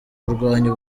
kurwanya